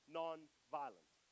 non-violent